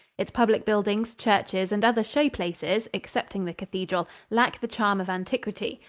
its public buildings, churches, and other show-places excepting the cathedral lack the charm of antiquity.